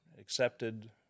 accepted